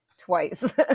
twice